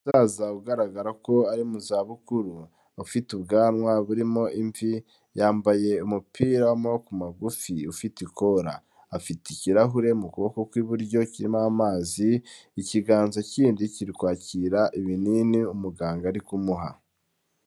Umusaza ugaragara ko ari mu zabukuru, ufite ubwanwa burimo imvi, yambaye umupira w'amaboko magufi ufite ikora. Afite ikirahure mu kuboko kw'iburyo kirimo amazi, ikiganza kindi kiri kwakira ibinini umuganga ari kumuha.